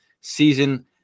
season